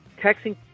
texting